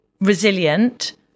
resilient